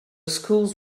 school’s